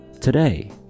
Today